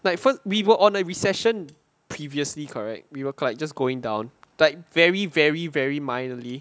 like first we were on a recession previously correct we were like just going down like very very very mildly